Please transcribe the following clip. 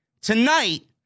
Tonight